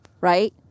right